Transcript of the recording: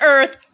Earth